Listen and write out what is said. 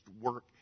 work